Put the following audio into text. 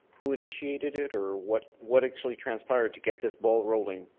who initiated it or what what actually transpired to get this ball rolling?